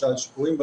בוא נגיד את